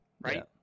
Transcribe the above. Right